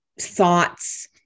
thoughts